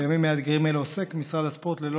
בימים מאתגרים אלו עוסק משרד הספורט ללא